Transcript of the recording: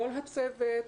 כל הצוות,